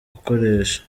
gukoresha